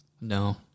No